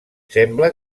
sembla